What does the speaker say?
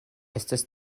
estas